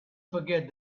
forget